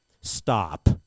stop